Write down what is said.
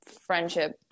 friendship